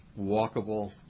walkable